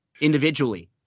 individually